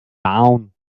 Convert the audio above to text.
down